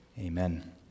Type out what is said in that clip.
Amen